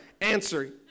Answer